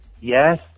Yes